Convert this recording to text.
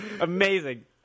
Amazing